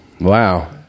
Wow